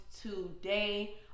today